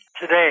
today